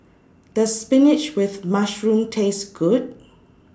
Does Spinach with Mushroom Taste Good